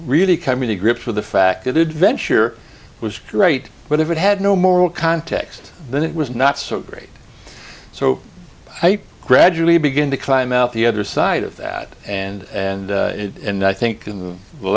really coming to grips with the fact that adventure was great but if it had no moral context then it was not so great so i gradually begin to climb out the other side of that and and and i think